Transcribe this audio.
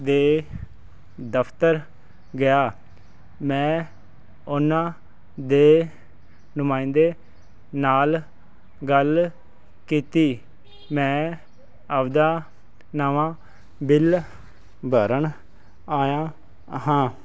ਦੇ ਦਫਤਰ ਗਿਆ ਮੈਂ ਉਹਨਾਂ ਦੇ ਨੁਮਾਇੰਦੇ ਨਾਲ ਗੱਲ ਕੀਤੀ ਮੈਂ ਆਪਦਾ ਨਵਾਂ ਬਿੱਲ ਭਰਨ ਆਇਆ ਹਾਂ